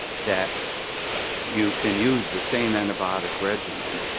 that you can use the same antibiotic regimen